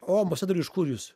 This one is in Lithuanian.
o ambasadoriau iš kur jūs